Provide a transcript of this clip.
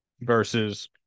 versus